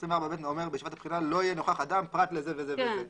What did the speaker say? סעיף 24(ב) אומר לא יהיה נוכח אדם פרט לזה וזה וזה.